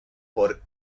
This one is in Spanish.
por